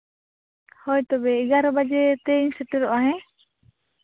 ᱦᱳᱭ ᱛᱚᱵᱮ ᱮᱜᱟᱨᱳ ᱵᱟᱡᱮ ᱛᱮᱧ ᱥᱮᱴᱮᱨᱚᱜᱼᱟ ᱦᱮᱸ